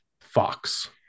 Fox